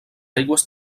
aigües